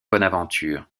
bonaventure